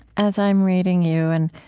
as i'm reading you and